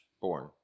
Born